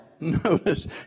Notice